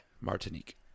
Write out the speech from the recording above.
Martinique